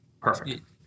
Perfect